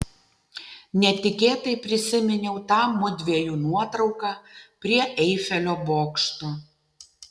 netikėtai prisiminiau tą mudviejų nuotrauką prie eifelio bokšto